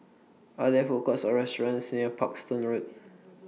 Are There Food Courts Or restaurants near Parkstone Road